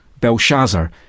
Belshazzar